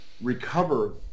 recover